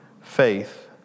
faith